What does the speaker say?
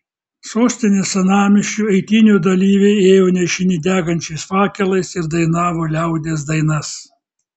sostinės senamiesčiu eitynių dalyviai ėjo nešini degančiais fakelais ir dainavo liaudies dainas